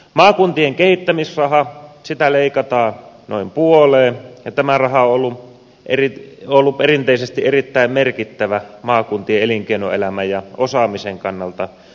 maakuntien kehittämisrahaa leikataan noin puoleen ja tämä raha on ollut perinteisesti erittäin merkittävä maakuntien elinkeinoelämän ja osaamisen kannalta